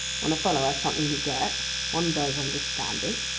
when a fellow has something to get, one does understand it.